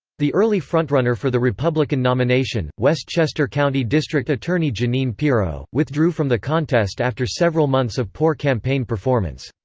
the early frontrunner for the republican nomination, westchester county district attorney jeanine pirro, withdrew from the contest after several months of poor campaign performance.